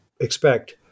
expect